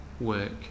work